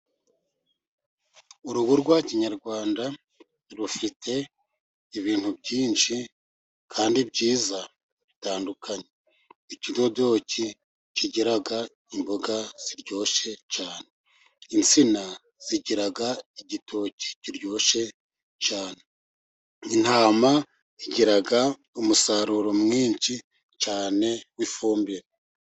Urugo rwa kinyarwanda rufite ibintu byinshi kandi byiza bitandukanye. Ikidodoki kigira imboga ziryoshye cyane, insina zigira igitoki kiryoshye cyane, intama igira umusaruro mwinshi cyane w'ifumbire.